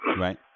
Right